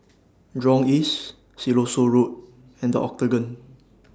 Jurong East Siloso Road and The Octagon